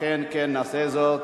אכן כן, נעשה זאת.